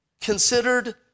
considered